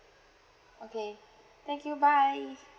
okay thank you bye